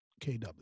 KW